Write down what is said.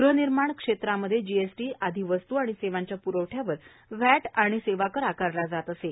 गृहनिर्माण क्षेत्रामध्ये जीएस ी आधी वस्तू आणि सेवांच्या प्रवठ्यावर व्हॅ आणि सेवाकर आकारला जात असे